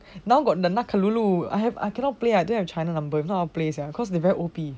now got the 那个 lulu I have I cannot play I don't have china number if not I want to play sia lah cause they very O_P